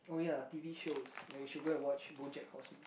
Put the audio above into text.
oh ya T_V shows ya you should go and watch BoJack-Horseman